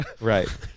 Right